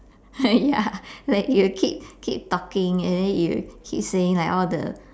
uh ya like it will keep keep talking and then it will keep saying like all the